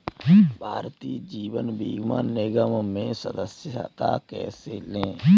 भारतीय जीवन बीमा निगम में सदस्यता कैसे लें?